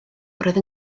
roedd